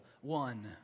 one